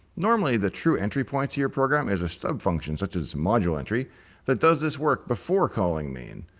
normally the true entry point to your program is a stub function such as module entry that does this work before calling i mean